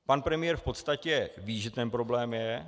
Pan premiér v podstatě ví, že ten problém je.